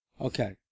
Okay